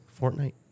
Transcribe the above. Fortnite